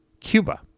Cuba